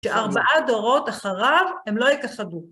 שארבעה דורות אחריו הם לא יכחדו.